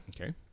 Okay